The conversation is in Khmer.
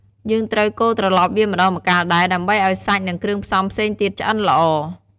យើងត្រូវកូរត្រឡប់វាម្ដងម្កាលដែរ ដើម្បីឱ្យសាច់ និងគ្រឿងផ្សំផ្សេងទៀតឆ្អិនល្អ។